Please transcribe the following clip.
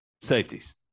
Safeties